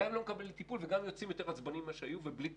גם הוא לא מקבל טיפול וגם הוא יוצא יותר עצבני ממה שהיו ובלי טיפול.